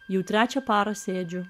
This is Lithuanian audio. jau trečią parą sėdžiu